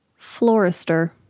florister